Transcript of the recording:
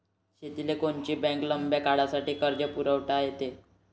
शेतीले कोनची बँक लंब्या काळासाठी कर्जपुरवठा करते?